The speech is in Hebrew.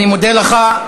אני מודה לך.